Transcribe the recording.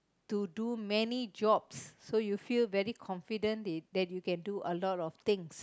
to do many jobs so you feel very confident that you can do a lot of things